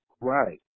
Right